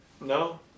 No